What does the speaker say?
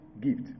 gift